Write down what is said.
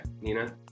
Nina